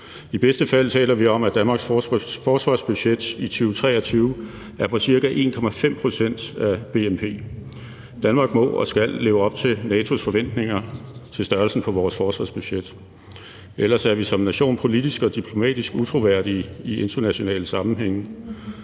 I bedste fald taler vi om, at Danmarks forsvarsbudget i 2023 er på ca. 1,5 pct. af bnp. Danmark må og skal leve op til NATO's forventninger til størrelsen på vores forsvarsbudget. Ellers er vi som nation politisk og diplomatisk utroværdige i internationale sammenhænge.